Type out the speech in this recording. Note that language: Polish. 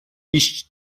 iść